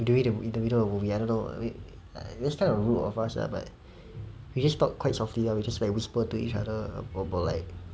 in the middle of the movie I don't know it's kind of rude of us lah but we just talk quite softly lah we just whisper to each other about like